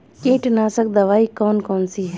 कीटनाशक दवाई कौन कौन सी हैं?